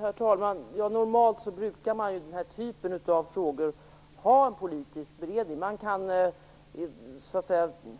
Herr talman! Normalt brukar man i den här typen av frågor ha en politisk beredning. Man kan ha en